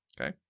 okay